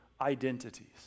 identities